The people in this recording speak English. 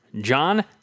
John